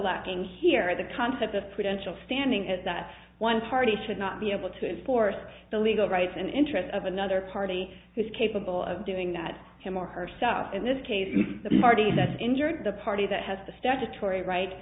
lacking here the concept of prudential standing at that one party should not be able to enforce the legal rights and interests of another party who is capable of doing that him or herself in this case the party that's injured the party that has the statutory right